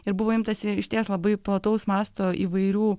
ir buvo imtasi išties labai plataus masto įvairių